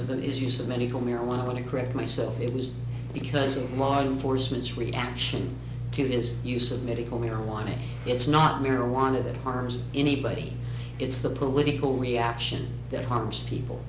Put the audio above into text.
of the is use of medical marijuana correct myself it was because of law enforcement's reaction to his use of medical marijuana it's not marijuana that harms anybody it's the political reaction that harms people